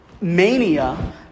mania